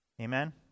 Amen